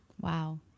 Wow